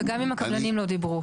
וגם עם הקבלנים לא דיברו.